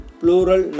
plural